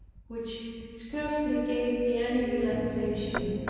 which scarcely gave me any relaxation,